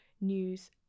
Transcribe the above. news